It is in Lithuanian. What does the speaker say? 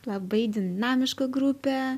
labai dinamiška grupė